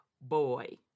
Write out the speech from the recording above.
boy